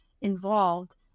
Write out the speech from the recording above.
involved